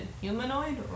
humanoid